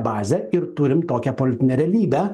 bazę ir turim tokią politinę realybę